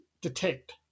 Detect